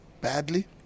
badly